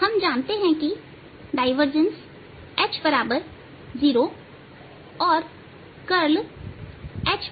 हम जानते हैं कि डायवर्जेंस H0और करल H